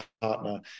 partner